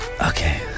Okay